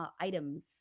items